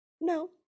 No